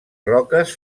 roques